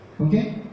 Okay